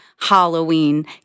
Halloween